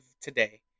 today